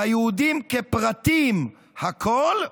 ליהודים כפרטים, הכול,